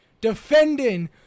defending